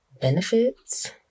Benefits